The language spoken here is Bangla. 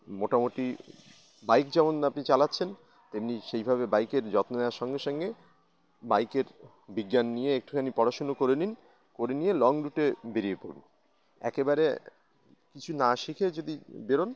মোটামুটি বাইক যেমন আপনি চালাচ্ছেন তেমনি সেইভাবে বাইকের যত্ন নেওয়ার সঙ্গে সঙ্গে বাইকের বিজ্ঞান নিয়ে একটুখানি পড়াশুনো করে নিন করে নিয়ে লং রুটে বেরিয়ে পড়ুন একেবারে কিছু না শিখে যদি বেরোন